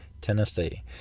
Tennessee